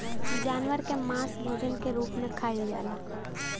जानवर के मांस के भोजन के रूप में खाइल जाला